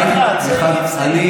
אחד-אחד, סעיף-סעיף.